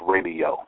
Radio